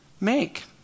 make